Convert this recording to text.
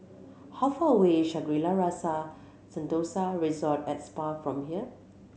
how far away is Shangri La's Rasa Sentosa Resort at Spa from here